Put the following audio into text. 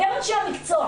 אתם אנשי המקצוע.